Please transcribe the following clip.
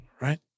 right